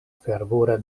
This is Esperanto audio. fervore